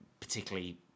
particularly